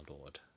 Lord